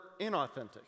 inauthentic